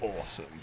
awesome